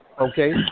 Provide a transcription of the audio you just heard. Okay